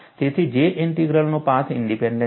તેથી J ઇન્ટિગ્રલનો path independent છે